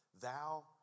thou